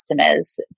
customers